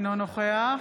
אינו נוכח